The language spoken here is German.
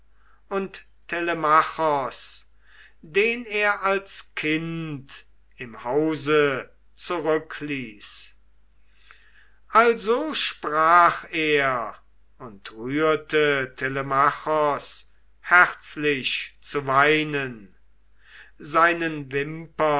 und telemachos den er als kind im hause zurückließ also sprach er und rührte telemachos herzlich zu weinen seinen